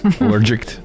Allergic